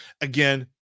again